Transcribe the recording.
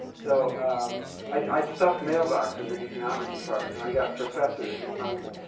so um i stuff mailboxes in economics departments and i got professors' responses.